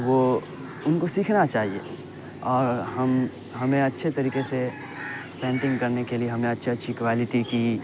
وہ ان کو سیکھنا چاہیے اور ہم ہمیں اچھے طریقے سے پینٹنگ کرنے کے لیے ہمیں اچھے اچھی کوالٹی کی